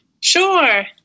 Sure